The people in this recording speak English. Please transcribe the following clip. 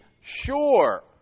sure